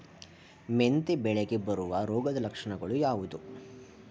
ಮೆಂತೆ ಬೆಳೆಗೆ ಬರುವ ರೋಗದ ಲಕ್ಷಣಗಳು ಯಾವುದು?